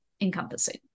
encompassing